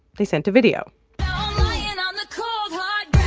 they sent a video and on the cold, hard